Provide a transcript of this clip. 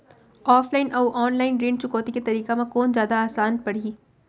Offline अऊ online ऋण चुकौती के तरीका म कोन जादा आसान परही?